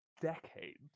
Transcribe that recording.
decades